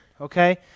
okay